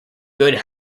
good